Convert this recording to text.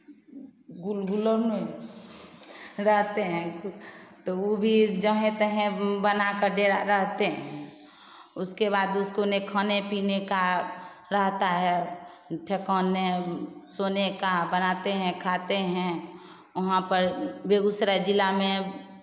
गुलगुलौने रहते हैं तो वो भी जहें तहें बनाकर डेरा रहते हैं उसके बाद उसको ना खाने पीने का रहता है ठेकाने सोने का बनाते हैं खाते हैं वहाँ पर बेगूसराय जिला में